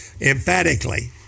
emphatically